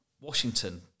Washington